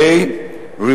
ה.